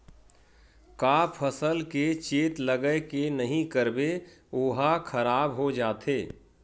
का फसल के चेत लगय के नहीं करबे ओहा खराब हो जाथे?